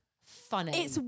funny